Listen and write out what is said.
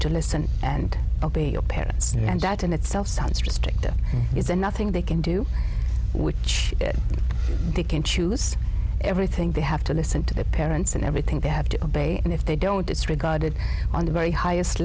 to listen and obey your parents and that in itself sounds restrictive is there nothing they can do which they can choose everything they have to listen to their parents and everything they have to obey and if they don't disregard it on the very highest